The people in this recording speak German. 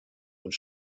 und